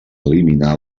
eliminar